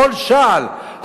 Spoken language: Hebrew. בכל שעל,